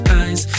eyes